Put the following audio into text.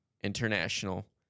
International